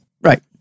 right